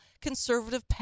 conservative